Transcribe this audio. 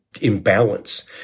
imbalance